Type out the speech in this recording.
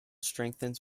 strengthens